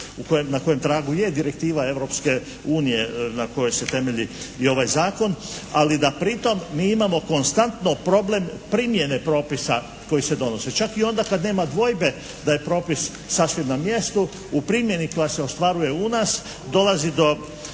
na kojem tragu je direktiva Europske unije na kojoj se temelji i ovaj Zakon, ali da pritom mi imamo konstantno problem primjene propisa koji se donosi. Čak i onda kad nema dvojbe da je propis sasvim na mjestu, u primjeni koja se ostvaruje u nas dolazi do